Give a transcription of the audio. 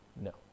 No